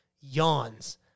yawns